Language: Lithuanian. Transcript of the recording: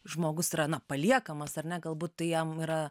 žmogus yra na paliekamas ar ne galbūt tai jam yra